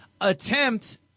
attempt